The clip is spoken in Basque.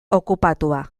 okupatua